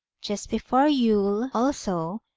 just before yule, also,